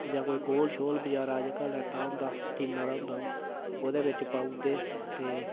जां कोई कोह्ल शोह्ल बगैरा जेह्का लैता आंदा कि'न्ना हारा होंदा ओह्दे बिच पाई ओड़दे ते